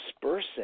dispersing